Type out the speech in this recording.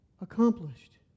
accomplished